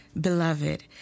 Beloved